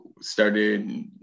started